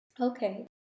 okay